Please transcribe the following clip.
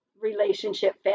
relationship